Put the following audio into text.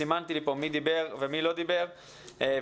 סימנתי לי כאן מי דיבר ומי לא דיבר והדף